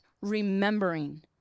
remembering